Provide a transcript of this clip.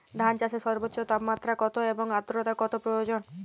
ধান চাষে সর্বোচ্চ তাপমাত্রা কত এবং আর্দ্রতা কত প্রয়োজন?